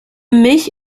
mich